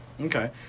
Okay